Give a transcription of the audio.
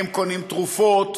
הם קונים תרופות?